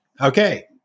Okay